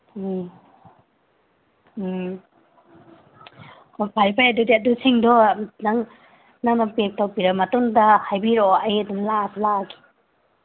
ꯎꯝ ꯎꯝ ꯑꯣ ꯐꯔꯦ ꯐꯔꯦ ꯑꯗꯨꯗꯤ ꯑꯗꯨꯁꯤꯡꯗꯣ ꯅꯪ ꯅꯪꯅ ꯄꯦꯛ ꯇꯧꯕꯤꯔ ꯃꯇꯨꯡꯗ ꯍꯥꯏꯕꯤꯔꯛꯑꯣ ꯑꯩ ꯑꯗꯨꯝ ꯂꯥꯛꯑꯁꯨ ꯂꯥꯛꯑꯒꯦ